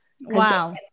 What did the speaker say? Wow